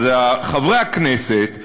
אז, חברי הכנסת,